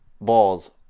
balls